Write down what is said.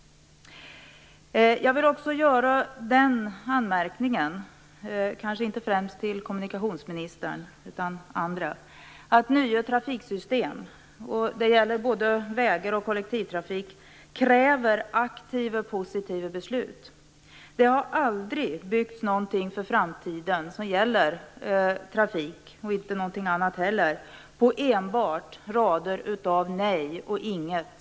Jag vill också göra en anmärkning. Jag vänder mig inte främst till kommunikationsministern utan till andra. Nya trafiksystem - det gäller både vägar och kollektivtrafik - kräver aktiva och positiva beslut. Det har aldrig byggts någonting inför framtiden - det gäller både trafik och annat - på enbart rader av "nej" och "inget".